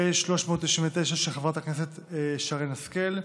של חברת הכנסת שרן מרים השכל,